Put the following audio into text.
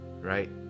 Right